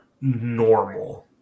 normal